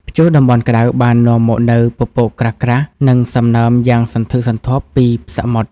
ព្យុះតំបន់ក្ដៅបាននាំមកនូវពពកក្រាស់ៗ និងសំណើមយ៉ាងសន្ធឹកសន្ធាប់ពីសមុទ្រ។